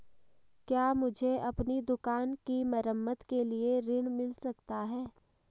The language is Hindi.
क्या मुझे अपनी दुकान की मरम्मत के लिए ऋण मिल सकता है?